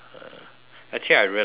actually I realise something eh